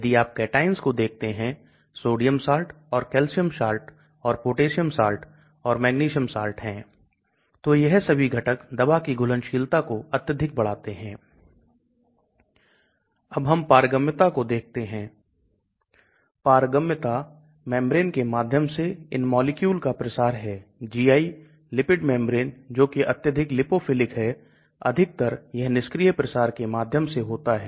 तो hydrogen bonding आयनीकरण आवेश यह सभी घुलनशीलता को निर्धारित करते हैं क्योंकि यह अत्यधिक hydrogen bonded है तो घुलनशीलता बहुत खराब है अगर यह आयनिक है तो निश्चित रूप से घुलनशीलता अच्छी है अगर इसे आवेशित किया जाए तो घुलनशीलता अच्छी होती है